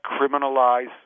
criminalize